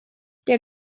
der